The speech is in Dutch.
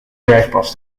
bergpas